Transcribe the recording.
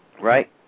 right